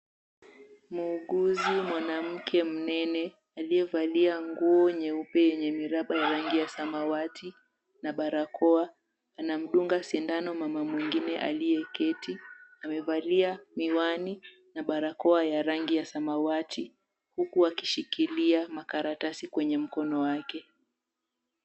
Muuguzi mwanamke mnene aliyevalia nguo nyeupe yenye rangi ya samawati na barakoa anamdunga sindano mama mmoja aliyeketi. Amevalia miwani na barakoa ya rangi ya samawati huku akishikilia makaratasi kwenye mkono wake.